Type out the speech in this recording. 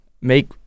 make